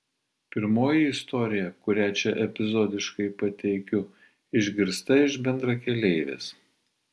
pirmoji istorija kurią čia epizodiškai pateikiu išgirsta iš bendrakeleivės